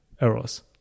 errors